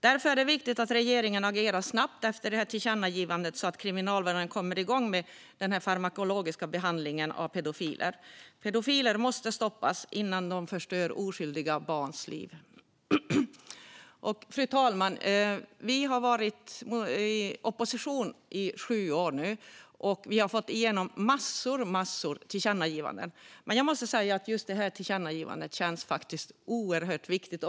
Därför är det viktigt att regeringen agerar snabbt efter tillkännagivandet så att Kriminalvården kommer igång med farmakologisk behandling av pedofiler. Pedofiler måste stoppas innan de förstör oskyldiga barns liv. Fru talman! Vi har varit i opposition i sju år nu, och vi har fått igenom massor av tillkännagivanden. Men jag måste säga att just detta tillkännagivande känns oerhört viktigt.